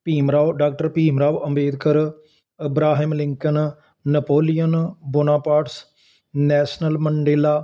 Bhim Rao doctor Bhim Rao Ambedkar Abraham Lincoln Napoleon Bonapartes Nelson Mandela